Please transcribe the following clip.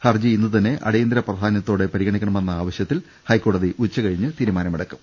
ഹർജി ഇന്നു തന്നെ അടിയന്തിര പ്രാധാനൃത്തോടെ പരിഗണിക്കൺമെന്നാവശ്യത്തിൽ ഹൈക്കോടതി ഉച്ചകഴിഞ്ഞ് തീരുമാനമെടുക്കും